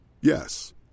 Yes